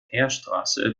heerstraße